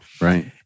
right